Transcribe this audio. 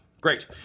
Great